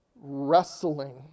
wrestling